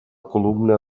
columna